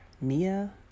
Mia